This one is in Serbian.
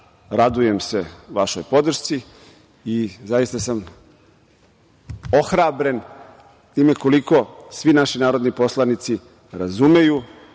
Radujem se vašoj podršci i zaista sam ohrabren time koliko svi naši narodni poslanici razumeju